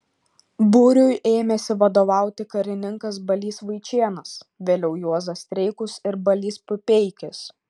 būriui ėmėsi vadovauti karininkas balys vaičėnas vėliau juozas streikus ir balys pupeikis